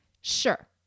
Sure